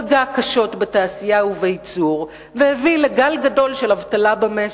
פגע קשות בתעשייה ובייצור והביא לגל גדול של אבטלה במשק.